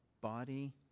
body